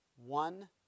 One